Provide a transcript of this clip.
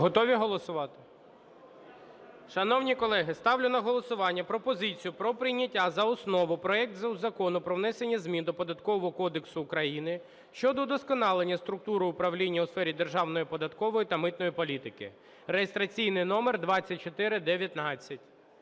Готові голосувати? Шановні колеги, ставлю на голосування пропозицію про прийняття за основу проект Закону про внесення змін до Податкового кодексу України щодо удосконалення структури управління у сфері державної податкової та митної політики (реєстраційний номер 2419).